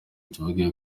tuvuge